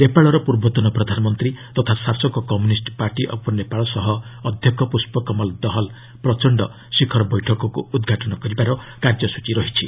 ନେପାଳର ପୂର୍ବତନ ପ୍ରଧାନମନ୍ତ୍ରୀ ତଥା ଶାସକ କମ୍ୟୁନିଷ୍କ ପାର୍ଟି ଅଫ୍ ନେପାଳର ସହ ଅଧ୍ୟକ୍ଷ ପୁଷ୍ପ କମଲଦହଲ ପ୍ରଚଣ୍ଡ ଶିଖର ବୈଠକକୁ ଉଦ୍ଘାଟନ କରିବାର କାର୍ଯ୍ୟସ୍କଚୀ ରହିଛି